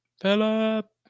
Philip